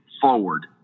forward